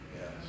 yes